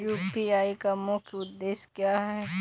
UPI का मुख्य उद्देश्य क्या है?